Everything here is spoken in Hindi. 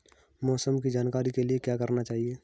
मौसम की जानकारी के लिए क्या करना चाहिए?